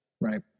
Right